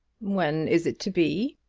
when is it to be?